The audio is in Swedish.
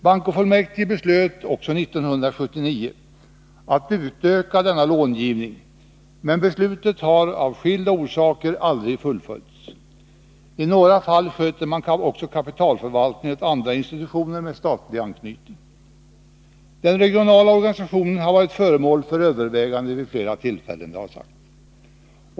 Bankofullmäktige beslöt också 1979 att utöka denna långivning, men beslutet har av skilda orsaker aldrig fullföljts. I några fall sköter man också om kapitalförvaltningen åt andra institutioner med statlig anknytning. Den regionala organisationen har, som här sagts, varit föremål för överväganden vid flera tillfällen.